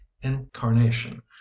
incarnation